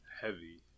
heavy